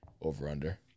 over-under